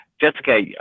Jessica